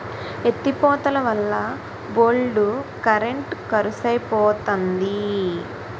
ఎత్తి పోతలవల్ల బోల్డు కరెంట్ కరుసైపోతంది